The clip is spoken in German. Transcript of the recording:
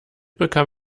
bekam